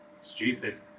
stupid